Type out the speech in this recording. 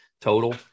total